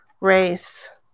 race